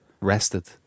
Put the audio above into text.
rested